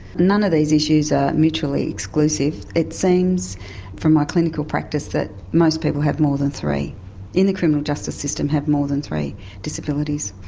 none of these issues are mutually exclusive. it seems from my clinical practice that most people have more than in the criminal justice system have more than three disabilities.